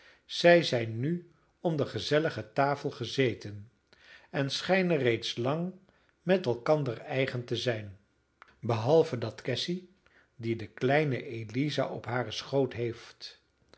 blijdschap zij zijn nu om de gezellige tafel gezeten en schijnen reeds lang met elkander eigen te zijn behalve dat cassy die de kleine eliza op haren schoot heeft